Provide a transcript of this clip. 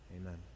Amen